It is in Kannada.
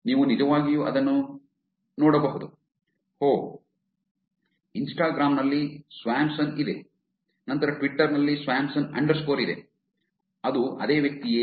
ನೀವು ನಿಜವಾಗಿಯೂ ಇದನ್ನು ನೋಡಬಹುದು ಓಹ್ ಇನ್ಸ್ಟಾಗ್ರಾಮ್ ನಲ್ಲಿ ಸ್ವಾಂಪ್ಸನ್ ಇದೆ ನಂತರ ಟ್ವಿಟರ್ ನಲ್ಲಿ ಸ್ವಾಂಪ್ಸನ್ ಅಂಡರ್ಸ್ಕೋರ್ ಇದೆ ಅದು ಅದೇ ವ್ಯಕ್ತಿಯೇ